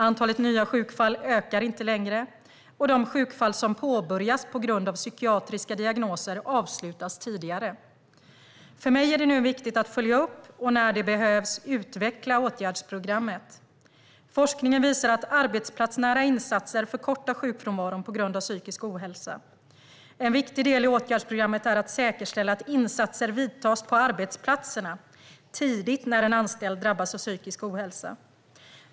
Antalet nya sjukfall ökar inte längre, och de sjukfall som påbörjas på grund av psykiatriska diagnoser avslutas tidigare. För mig är det nu viktigt att följa upp och, när det behövs, utveckla åtgärdsprogrammet. Forskningen visar att arbetsplatsnära insatser förkortar sjukfrånvaro på grund av psykisk ohälsa. En viktig del i åtgärdsprogrammet är att säkerställa att insatser vidtas på arbetsplatserna tidigt när en anställd drabbas av psykisk ohälsa.